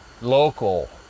local